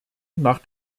nach